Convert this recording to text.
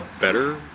better